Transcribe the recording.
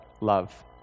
love